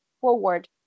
forward